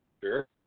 Sure